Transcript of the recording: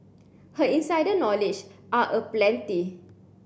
her insider knowledge are aplenty